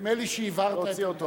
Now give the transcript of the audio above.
אוקיי, נדמה לי שהבהרת את הדברים.